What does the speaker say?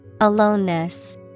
Aloneness